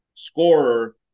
scorer